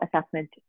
assessment